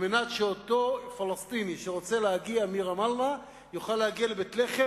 כדי שפלסטיני שרוצה להגיע מרמאללה יוכל להגיע לבית-לחם,